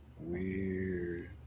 weird